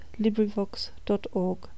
LibriVox.org